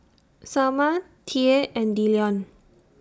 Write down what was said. Salma Tye and Dillion